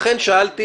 לכן שאלתי